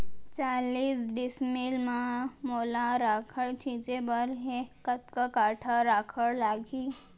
चालीस डिसमिल म मोला राखड़ छिंचे बर हे कतका काठा राखड़ लागही?